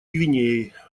гвинеей